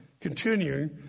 continuing